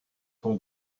ton